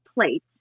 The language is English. plate